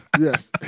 Yes